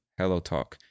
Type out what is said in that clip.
HelloTalk